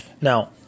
Now